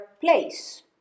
place